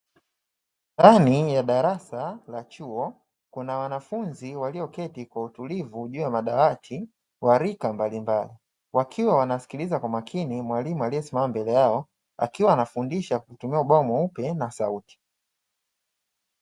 Ndani ya darasa la chuo, kuna wanafunzi walioketi kwa utulivu juu ya madawati, wa rika mbalimbali, wakiwa wanamsikiliza kwa makini mwalimu aliyesimama mbele yao akiwa anafundisha kwa kutumia ubao mweupe na sauti.